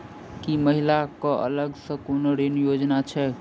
की महिला कऽ अलग सँ कोनो ऋण योजना छैक?